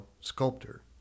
sculptor